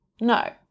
No